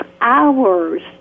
hours